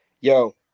yo